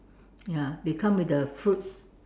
ya they come with the fruits